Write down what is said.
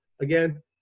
Again